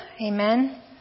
Amen